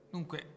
Dunque